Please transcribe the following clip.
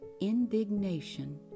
indignation